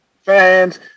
fans